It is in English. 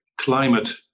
climate